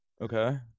Okay